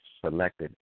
selected